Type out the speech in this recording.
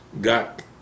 Got